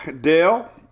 Dale